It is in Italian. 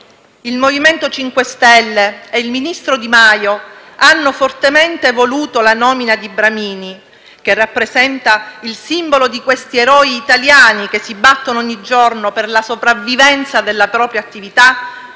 Il MoVimento 5 Stelle e il ministro Di Maio hanno fortemente voluto la nomina di Bramini, che rappresenta il simbolo degli eroi italiani che si battono ogni giorno per la sopravvivenza della propria attività,